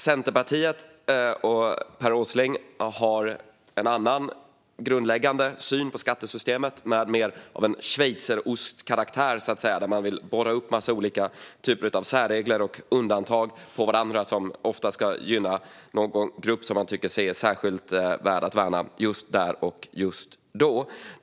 Centerpartiet och Per Åsling har en annan grundläggande syn på skattesystemet med mer av schweizerostkaraktär, så att säga - man vill borra upp en massa olika typer av särregler och undantag som ofta ska gynna någon grupp som man tycker är särskilt värd att värna just där och just då.